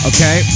Okay